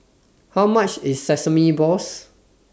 How much IS Sesame Balls